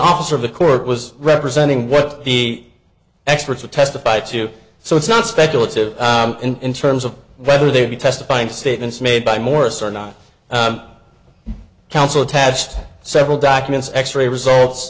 officer of the court was representing what the experts would testify to so it's not speculative in terms of whether they be testifying statements made by morris or not counsel attached several documents x ray results